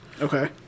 Okay